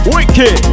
Wicked